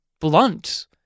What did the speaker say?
blunt